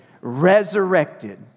Resurrected